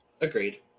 Agreed